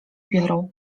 biorą